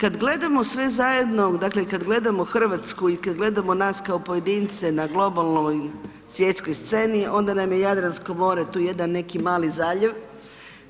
Kad gledamo sve zajedno, dakle kad gledamo Hrvatsku i kad gledamo nas kao pojedince na globalnoj svjetskoj sceni, onda nam je Jadransko more tu jedan neki mali zaljev,